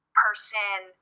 person